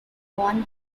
born